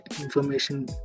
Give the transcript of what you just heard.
information